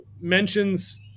mentions